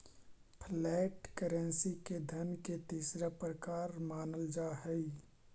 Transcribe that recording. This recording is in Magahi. फ्लैट करेंसी के धन के तीसरा प्रकार मानल जा हई